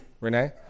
Renee